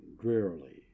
drearily